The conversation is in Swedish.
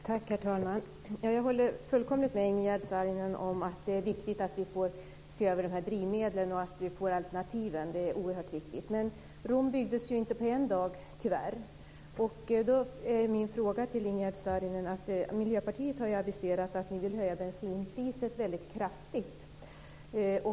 Herr talman! Jag håller fullständigt med Ingegerd Saarinen om att det är oerhört viktigt att de här drivmedlen ses över och att vi får fram alternativen. Men Rom byggdes inte på en dag. Jag har en fråga till Ingegerd Saarinen. Miljöpartiet har aviserat att man vill höja bensinpriset väldigt kraftigt.